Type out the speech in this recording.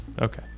okay